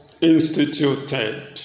Instituted